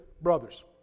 brothers